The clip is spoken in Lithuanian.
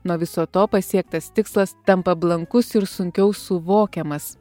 nuo viso to pasiektas tikslas tampa blankus ir sunkiau suvokiamas